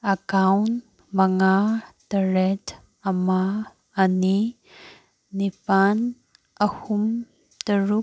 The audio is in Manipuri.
ꯑꯀꯥꯎꯟ ꯃꯉꯥ ꯇꯔꯦꯠ ꯑꯃ ꯑꯅꯤ ꯅꯤꯄꯥꯜ ꯑꯍꯨꯝ ꯇꯔꯨꯛ